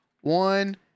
one